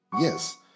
Yes